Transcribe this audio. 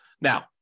Now